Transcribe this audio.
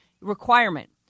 requirement